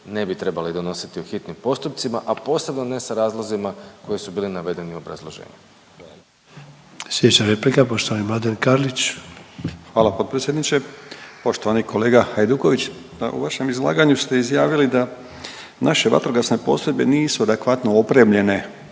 ne bi trebali donositi u hitnim postupcima, a posebno ne sa razlozima koji su bili navedeni u obrazloženju. **Sanader, Ante (HDZ)** Slijedeća replika poštovani Mladen Karlić. **Karlić, Mladen (HDZ)** Hvala potpredsjedniče. Poštovani kolega Hajduković, u vašem izlaganju ste izjavili da naše vatrogasne postrojbe nisu adekvatno opremljene